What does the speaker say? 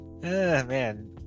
man